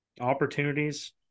opportunities